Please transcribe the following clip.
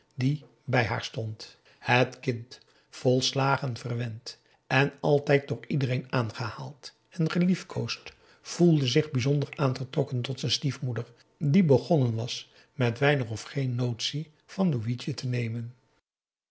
die bij haar stond het kind volslagen verwend en altijd door iedereen aangehaald en geliefkoosd voelde zich bijzonder aangetrokken tot z'n stiefmoeder die begonnen was met weinig of geen notitie van louitje te nemen